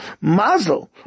muzzle